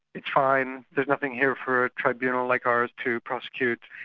it's fine, there's nothing here for a tribunal like ours to prosecute'.